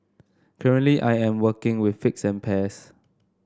currently I am working with figs and pears